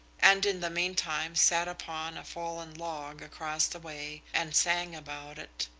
and in the meantime sat upon a fallen log across the way and sang about it.